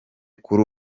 kuri